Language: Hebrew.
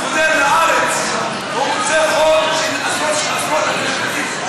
כשהוא חוזר לארץ הוא מוצא חוב של עשרות-אלפי שקלים.